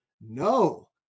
No